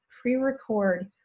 pre-record